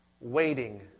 waiting